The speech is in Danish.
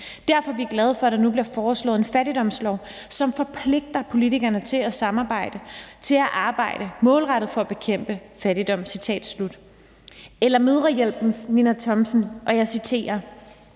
Derfor er vi glade for, at der nu bliver foreslået en fattigdomslov, som forpligter politikerne til at arbejde målrettet for at bekæmpe fattigdom«. Eller Mødrehjælpens Ninna Thomsen. Og jeg citerer: